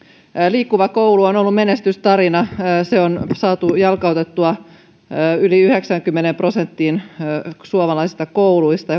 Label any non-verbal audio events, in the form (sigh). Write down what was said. liikkuva koulu on on ollut menestystarina se on saatu jalkautettua yli yhdeksäänkymmeneen prosenttiin suomalaisista kouluista (unintelligible)